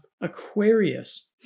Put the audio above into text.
Aquarius